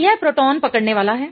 4 तो यह प्रोटॉन पकड़ने वाला है